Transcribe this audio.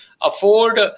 afford